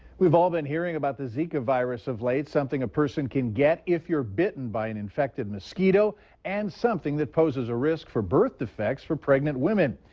we have ah been hearing about the zika virus of late, something a person can get if you're bitten by an infected mosquitoes and something that poses a risk of birth defects for pregnant women.